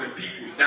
people